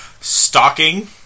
stalking